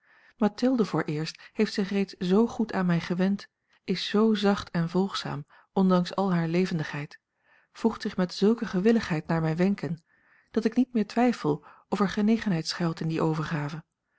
mathilde vooreerst heeft zich reeds z goed aan mij gewend is z zacht en volgzaam ondanks al hare levendigheid voegt zich met zulke gewilligheid naar mijne wenken dat ik niet meer twijfel of er genegenheid schuilt in die overgave